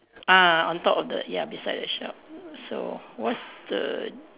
ah on top of the ya beside the shop so what's the